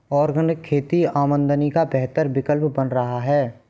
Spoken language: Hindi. ऑर्गेनिक खेती आमदनी का बेहतर विकल्प बन रहा है